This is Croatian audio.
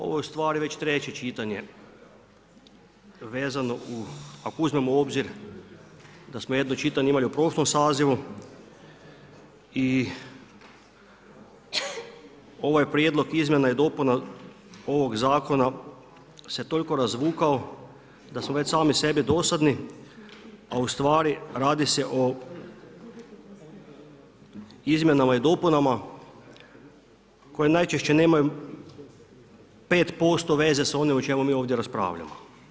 Ovo je u stvari već treće čitanje vezano, ako uzmemo u obzir da smo jedno čitanje imali u prošlom sazivu i ovaj prijedlog izmjena i dopuna ovog zakona se toliko razvukao da smo već sami sebi dosadni, a u stvari radi se o izmjenama i dopunama koje najčešće nemaju 5% veze sa onim o čemu mi ovdje raspravljamo.